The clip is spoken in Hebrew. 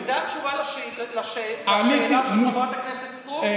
זו התשובה על השאלה של חברת הכנסת סטרוק,